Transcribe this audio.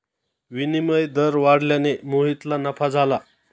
विनिमय दर वाढल्याने मोहितला नफा झाला